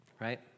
right